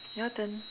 your turn